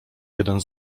jeden